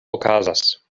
okazas